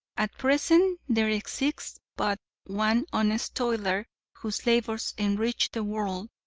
at present there exists but one honest toiler whose labors enrich the world,